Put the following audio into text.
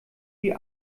wie